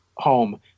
home